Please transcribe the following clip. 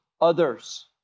others